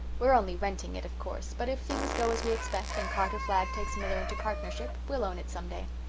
we're only renting it, of course, but if things go as we expect and carter flagg takes miller into partnership we'll own it some day.